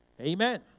Amen